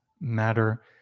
matter